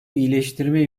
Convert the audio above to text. iyileştirme